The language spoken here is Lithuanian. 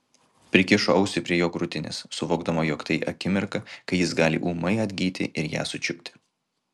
prikišo ausį prie jo krūtinės suvokdama jog tai akimirka kai jis gali ūmai atgyti ir ją sučiupti